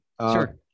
Sure